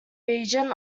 region